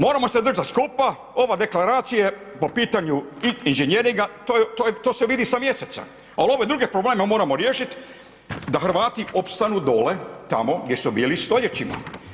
Moramo se držati skupa ova deklaracija po pitanju inžinjeringa to se vidi sa Mjeseca, al ove druge probleme moramo riješit da Hrvati opstanu dole, tamo gdje su bili stoljećima.